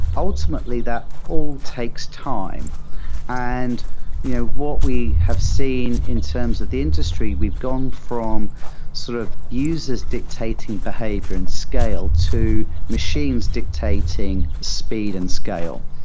ultimately, that all takes time and you know what we have seen in terms of the industry, we've gone from sort of user s dictating behavior and scale to machines dictating speed and scale.